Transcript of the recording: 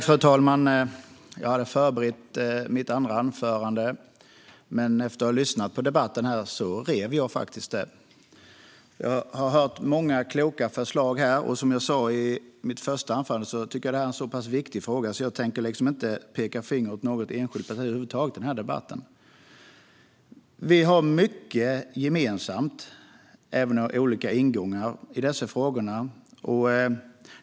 Fru talman! Jag hade förberett mitt andra anförande, men efter att ha lyssnat på debatten rev jag manuset. Jag har hört många kloka förslag. Som jag sa i mitt första anförande tycker jag att detta är en så pass viktig fråga att jag inte tänker peka finger åt något enskilt parti över huvud taget i den här debatten. Vi har mycket gemensamt, även om vi har olika ingångar i dessa frågor.